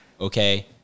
Okay